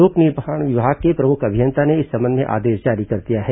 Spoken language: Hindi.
लोक निर्माण विभाग के प्रमुख अभियंता ने इस संबंध में आदेश जारी कर दिया है